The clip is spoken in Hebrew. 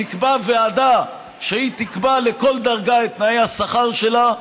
נקבע ועדה שתקבע לכל דרגה את תנאי השכר שלה,